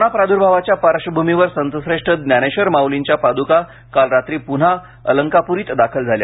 corona प्राद्भावाच्या पार्श्वभूमीवर संतश्रेष्ठ ज्ञानेश्वर माउलींच्या पादुका काल रात्री पुन्हा अलंकापुरीत दाखल झाल्या